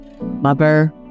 lover